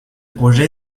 projet